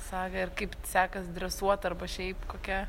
sagą ir kaip t sekas dresuot arba šiaip kokia